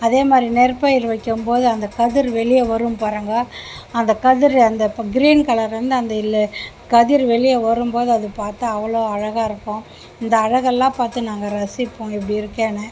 அதே மாதிரி நெற்பயிர் வைக்கும்போது அந்த கதிர் வெளியே வரும் பாருங்க அந்த கதிர் அந்த இப்போ கிரீன் கலரிருந்து அந்த இல்லு கதிர் வெளியே வரும்போது அது பார்த்தா அவ்வளோ அழகாக இருக்கும் இந்த அழகெல்லாம் பார்த்து நாங்கள் ரசிப்போம் இப்படி இருக்கேன்னு